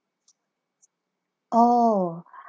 oh